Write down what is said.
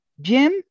Jim